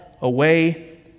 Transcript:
away